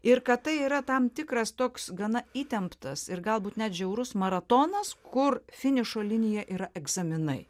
ir kad tai yra tam tikras toks gana įtemptas ir galbūt net žiaurus maratonas kur finišo linija yra egzaminai